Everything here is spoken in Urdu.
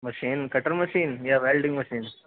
مشین کٹر مشین یا ویلڈنگ مشین